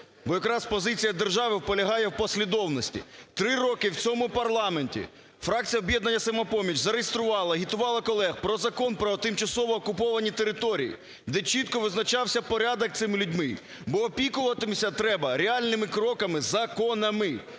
бо якраз позиція держави полягає в послідовності. Три роки в цьому парламенті фракція "Об'єднання "Самопоміч" зареєструвала, агітувала колег про Закон про тимчасово окуповані території, де чітко визначався порядок цими людьми. Бо опікуватися треба реальними кроками: законами,